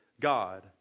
God